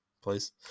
please